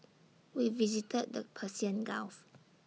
we visited the Persian gulf